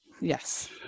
yes